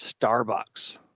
Starbucks